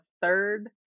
third